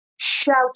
shout